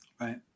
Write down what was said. right